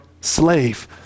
slave